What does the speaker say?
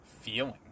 feeling